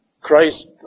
Christ